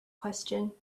question